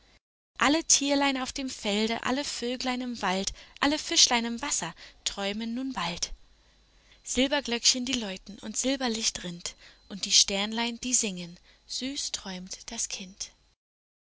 alle tierlein auf dem felde alle vöglein im wald alle fischlein im wasser träumen nun bald silberglöckchen die läuten und silberlicht rinnt und die sternlein die singen süß träumt das kind